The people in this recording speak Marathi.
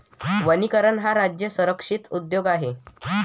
वनीकरण हा राज्य संरक्षित उद्योग आहे